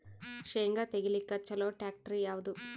ಶೇಂಗಾ ತೆಗಿಲಿಕ್ಕ ಚಲೋ ಟ್ಯಾಕ್ಟರಿ ಯಾವಾದು?